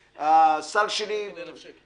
מה פתאום הסל שלי --- 1,000 שקל.